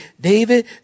David